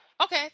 Okay